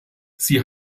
sie